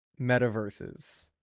metaverses